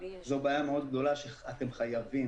זו בעיה מאוד גדול שאתם חייבים,